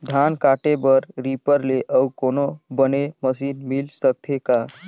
धान काटे बर रीपर ले अउ कोनो बने मशीन मिल सकथे का?